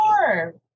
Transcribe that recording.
more